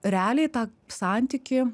realiai tą santykį